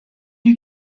you